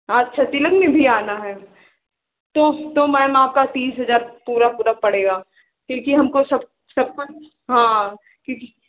अच्छा तिलक में भी आना है तो मैम आपको तीस हज़ार पूरा पूरा पड़ेगा क्योंकि हमको सब सब कुछ हाँ क्योंकि